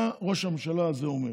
מה ראש הממשלה הזה אומר?